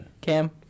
Cam